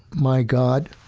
my god.